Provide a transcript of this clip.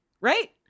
right